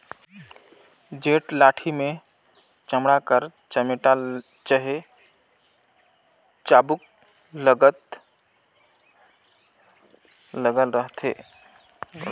जेन लाठी मे चमड़ा कर चमेटा चहे चाबूक लगल रहथे ओकस लाठी ल चमेटा लाठी कहल जाथे